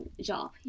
job